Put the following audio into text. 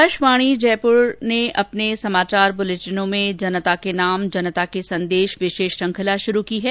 आकाशवाणी जयपुर ने अपने समाचार बुलेटिनों में जनता के नाम जनता के संदेश विशेष श्रृंखला शुरू की है